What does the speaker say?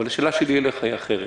אבל השאלה שלי אליך היא אחרת.